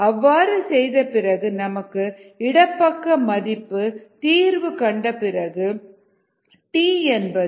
அவ்வாறு செய்த பிறகு நமக்கு இடதுபக்க மதிப்பு தீர்வு கண்ட பிறகு t 4